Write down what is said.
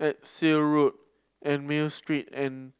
Exeter Road Ernani Street and